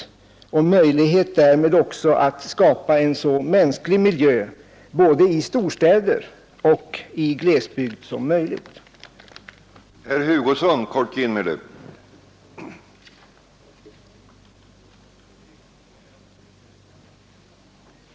Därmed åstadkommer man förutsättningar för en så människovänlig miljö som möjligt både i storstäderna och i glesbygden, vilket är målsättningen för centerns riksplan.